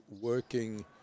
working